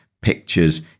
pictures